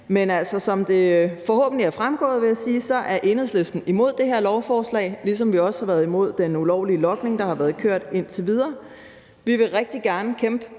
Men som det forhåbentlig er fremgået, vil jeg sige, at Enhedslisten er imod det her lovforslag, ligesom vi også har været imod den ulovlige logning, der har været kørt indtil videre. Vi vil rigtig gerne kæmpe